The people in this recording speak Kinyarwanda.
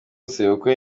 sebukwe